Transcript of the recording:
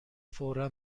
فورا